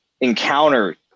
encounter